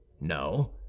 no